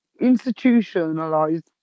institutionalized